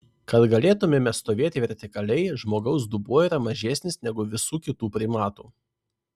kad galėtumėme stovėti vertikaliai žmogaus dubuo yra mažesnis negu visų kitų primatų